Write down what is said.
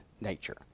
nature